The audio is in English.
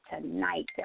tonight